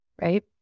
right